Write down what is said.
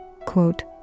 quote